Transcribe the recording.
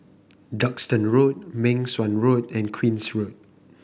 Duxton Road Meng Suan Road and Queen's Road